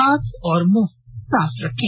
हाथ और मुंह साफ रखें